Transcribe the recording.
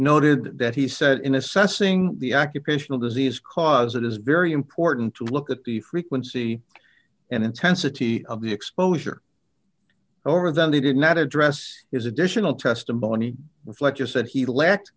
noted that he said in assessing the occupational disease cause it is very important to look at the frequency and intensity of the exposure for them he did not address his additional testimony with like you said he la